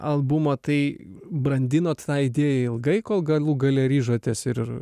albumo tai brandinot tą idėją ilgai kol galų gale ryžotės ir